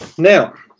now,